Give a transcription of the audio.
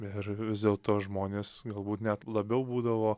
ir vis dėlto žmonės galbūt net labiau būdavo